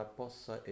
possa